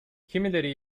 kimileri